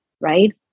right